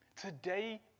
Today